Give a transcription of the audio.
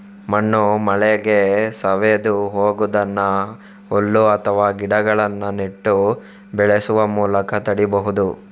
ಮಣ್ಣು ಮಳೆಗೆ ಸವೆದು ಹೋಗುದನ್ನ ಹುಲ್ಲು ಅಥವಾ ಗಿಡಗಳನ್ನ ನೆಟ್ಟು ಬೆಳೆಸುವ ಮೂಲಕ ತಡೀಬಹುದು